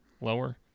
lower